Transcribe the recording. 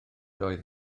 oedd